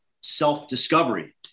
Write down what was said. self-discovery